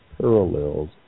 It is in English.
parallels